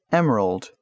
emerald